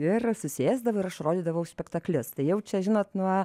ir susėsdavo ir aš rodydavau spektaklius tai jau čia žinot nuo